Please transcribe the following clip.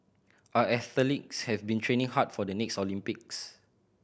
our athletes have been training hard for the next Olympics